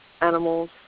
animals